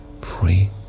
free